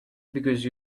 because